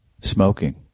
smoking